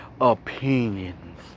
opinions